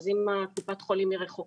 אז אם קופת החולים רחוקה,